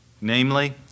Namely